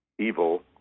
Evil